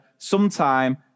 sometime